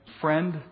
friend